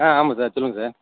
ஆ ஆமாம் சார் சொல்லுங்கள் சார்